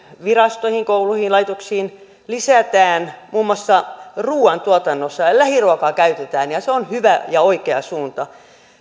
virastoihin kouluihin laitoksiin lisätään muun muassa ruuantuotannossa ja ja lähiruokaa käytetään ja ja se on hyvä ja oikea suunta